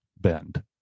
bend